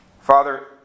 Father